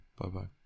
Bye-bye